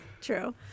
True